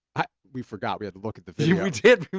i, we forgot. we had to look at the video. we did!